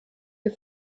des